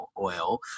oil